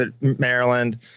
Maryland